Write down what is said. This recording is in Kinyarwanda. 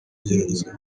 igeragezwa